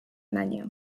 menu